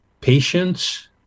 patience